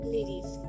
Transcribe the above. Ladies